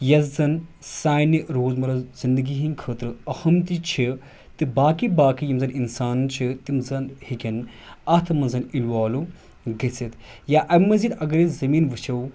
یَس زن سانہِ روزمرہ زِںٛدگی ہِنٛدۍ خٲطرٕ اَہم تہِ چھِ تہِ باقٕے باقٕے یِم زَن اِنسان چھِ تِم زَن ہٮ۪کن اَتھ منٛزَ اِوالٕو گٔژھِتھ یا اَمہِ مٔزیٖد اگر أسۍ زٔمیٖن وٕچھو